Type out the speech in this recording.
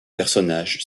personnage